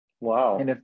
wow